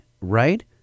Right